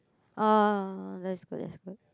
uh that is good that's good